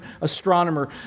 astronomer